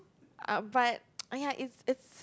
ah but !aiya! it's it's